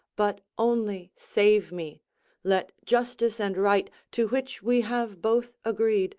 but only save me let justice and right, to which we have both agreed,